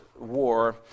war